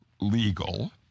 legal